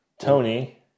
Tony